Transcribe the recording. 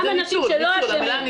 לכלול גם אנשים שלא אשמים.